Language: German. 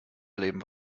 erleben